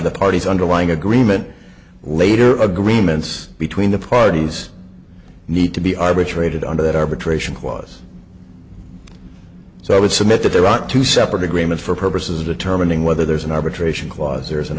the parties underlying agreement later agreements between the parties need to be arbitrated under that arbitration clause so i would submit that there are two separate agreement for purposes of determining whether there's an arbitration clause